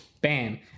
Bam